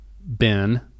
Ben